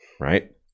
right